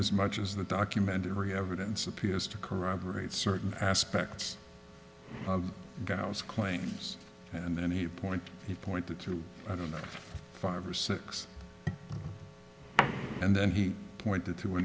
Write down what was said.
as much as the documentary evidence appears to corroborate certain aspects of gauss claims and then he point he pointed to i don't know five or six and then he pointed to a